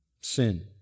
sin